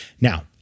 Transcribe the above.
Now